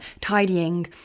tidying